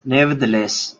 nevertheless